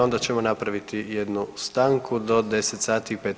Onda ćemo napraviti jednu stanku do 10 sati i 5